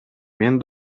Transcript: мен